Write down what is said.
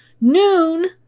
Noon